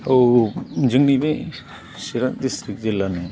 औ जोंनि बे चिरां डिस्ट्रिक्ट जिल्लानि